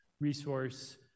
resource